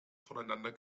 voneinander